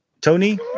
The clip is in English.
Tony